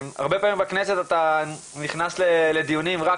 הרבה פעמים בכנסת אתה נכנס לדיונים רק